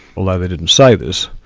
although they didn't say this,